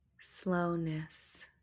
slowness